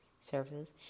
services